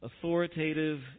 authoritative